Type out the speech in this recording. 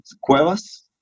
cuevas